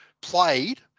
Played